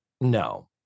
No